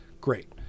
great